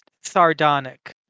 sardonic